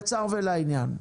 קצר ולעניין.